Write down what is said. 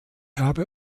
habe